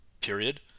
period